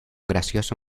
gracioso